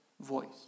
voice